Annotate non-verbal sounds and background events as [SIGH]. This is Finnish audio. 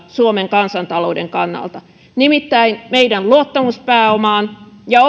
suomen kansantalouden kannalta nimittäin meidän luottamuspääomaan ja [UNINTELLIGIBLE]